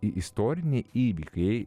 istoriniai įvykiai